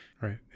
Right